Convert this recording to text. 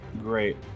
Great